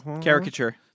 Caricature